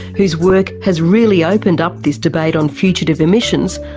whose work has really opened up this debate on fugitive emissions,